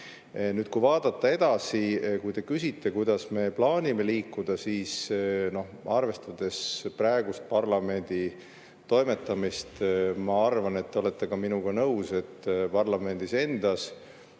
Nüüd, kui vaadata edasi, te küsite, kuidas me plaanime liikuda, siis arvestades praegust parlamendi toimetamist, ma arvan, et te olete minuga nõus, et parlamendis endas